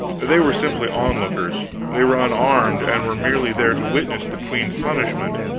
they were simply onlookers they were unarmed, and were merely there to witness the queen's punishment.